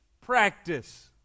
Practice